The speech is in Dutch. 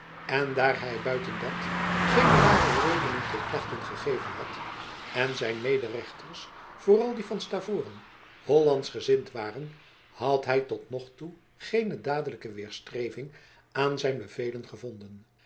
en daar hij buiten dat geene ware redenen tot klachten gegeven had en zijn mederechters vooral die van stavoren hollandschgezind waren had hij tot nog toe geene dadelijke weerstreving aan zijn bevelen gevonden